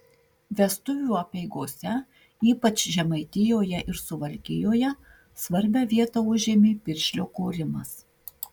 vestuvių apeigose ypač žemaitijoje ir suvalkijoje svarbią vietą užėmė piršlio korimas